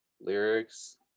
lyrics